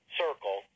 circle